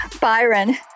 Byron